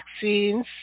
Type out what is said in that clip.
vaccines